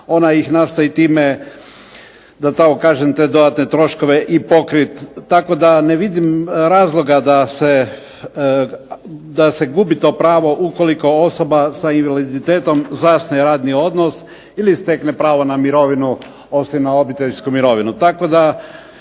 ona ih nastoji time da tako kažem te dodatne troškove i pokriti tako da ne vidim razloga da se gubi to pravo ukoliko osoba sa invaliditetom zasnuje radni odnos ili stekne pravo na mirovinu osim na obiteljsku mirovinu.